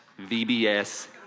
VBS